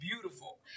beautiful